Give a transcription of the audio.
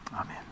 Amen